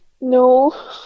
No